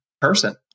person